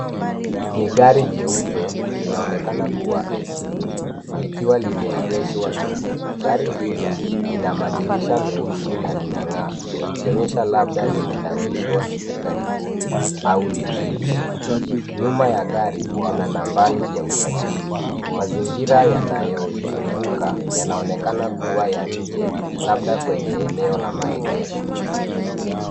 Ni gari jeupe linaonekana kuwa SUV likiwa limeegeshwa nje. Gari hili lina madirisha meusi na linang'aa likionyesha labda limenawishwa hivi karibuni au ni jipya. Nyuma ya gari kuna nambari ya usajili. Mazingira yanayoizunguka yanaonekana kuwa ya nje labda kwenye eneo ya maegesho.